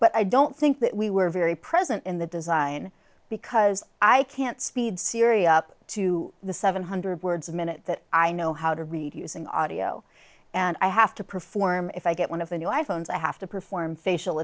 but i don't think that we were very present in the design because i can't speed syria up to the seven hundred words a minute i know how to read using audio and i have to perform if i get one of the new i phones i have to perform facial